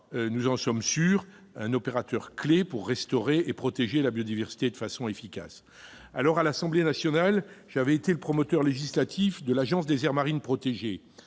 nous en sommes certains, un opérateur clé pour restaurer et protéger la biodiversité de façon efficace. À l'Assemblée nationale, j'avais été le promoteur législatif de l'Agence des aires marines protégées